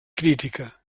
crítica